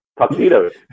tuxedos